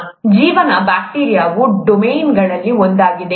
ಜೀವನ ಬ್ಯಾಕ್ಟೀರಿಯಾವು ಡೊಮೇನ್ಗಳಲ್ಲಿ ಒಂದಾಗಿದೆ